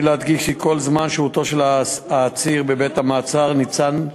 להדגיש כי כל זמן שהותו של העצור בבית-המעצר "ניצן"